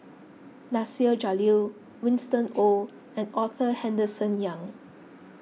Nasir Jalil Winston Oh and Arthur Henderson Young